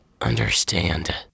understand